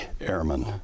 Airmen